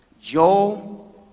Joe